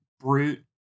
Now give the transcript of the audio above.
brute